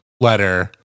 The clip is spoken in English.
letter